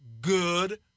good